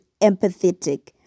empathetic